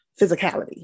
physicality